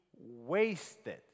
wasted